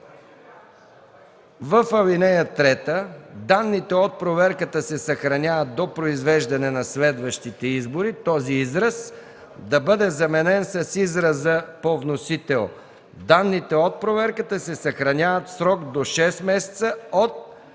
в ал. 3: „данните от проверката се съхраняват до произвеждане на следващите избори” – този израз, да бъде заменен с израза по вносител: „данните от проверката се съхраняват в срок до шест месеца от